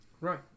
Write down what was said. Right